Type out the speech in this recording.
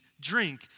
Drink